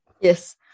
Yes